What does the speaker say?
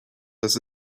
das